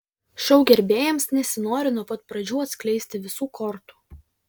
šou gerbėjams nesinori nuo pat pradžių atskleisti visų kortų